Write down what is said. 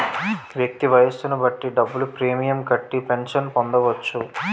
వ్యక్తి వయస్సును బట్టి డబ్బులు ప్రీమియం కట్టి పెన్షన్ పొందవచ్చు